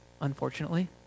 unfortunately